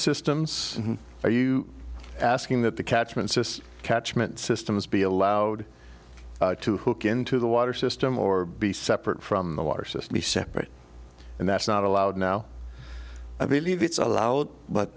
systems are you asking that the catchments catchment systems be allowed to hook into the water system or be separate from the water system be separate and that's not allowed now i believe it's allowed but